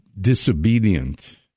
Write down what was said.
disobedient